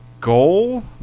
goal